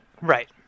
Right